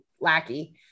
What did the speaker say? lackey